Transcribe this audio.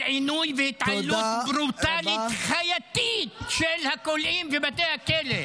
עינוי והתעללות ברוטלית חייתית בכלואים בבתי הכלא.